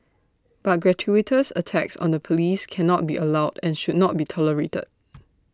but gratuitous attacks on the Police cannot be allowed and should not be tolerated